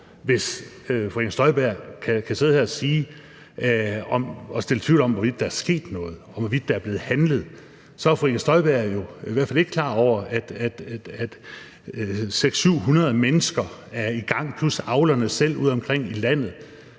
hvis fru Inger Støjberg kan sidde her og så tvivl om, hvorvidt der er sket noget, om, hvorvidt der er blevet handlet. Så er fru Inger Støjberg jo i hvert fald ikke klar over, at 600-700 mennesker plus avlerne selv er i gang ude omkring i landet